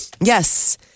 Yes